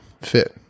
fit